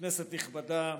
כנסת נכבדה,